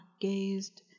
gazed